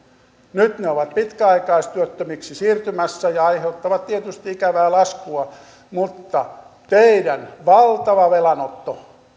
nyt ne ovat pitkäaikaistyöttömiksi siirtymässä ja aiheuttavat tietysti ikävää laskua mutta teidän valtava velanotto